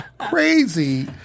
crazy